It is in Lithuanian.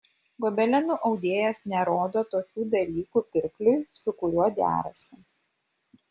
gobelenų audėjas nerodo tokių dalykų pirkliui su kuriuo derasi